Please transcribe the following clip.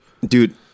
Dude